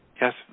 Yes